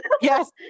yes